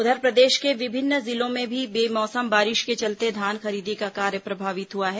उधर प्रदेश के विभिन्न जिलों में भी बेमौसम बारिश के चलते धान खरीदी का कार्य प्रभावित हुआ है